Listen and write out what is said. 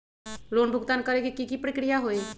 Loan भुगतान करे के की की प्रक्रिया होई?